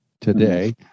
today